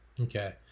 Okay